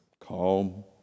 calm